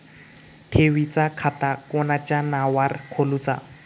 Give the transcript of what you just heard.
ठेवीचा खाता कोणाच्या नावार खोलूचा?